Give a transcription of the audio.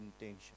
intention